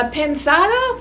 pensado